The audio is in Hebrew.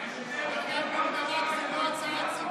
אבל רם בן ברק זה לא הצעת סיכום.